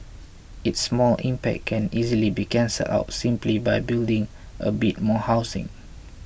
its small impact can easily be cancelled out simply by building a bit more housing